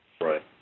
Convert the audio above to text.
Right